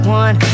one